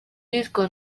iyitwa